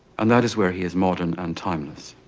and that is where he is modern and timeless.